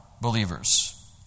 believers